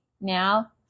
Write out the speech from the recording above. Now